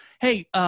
hey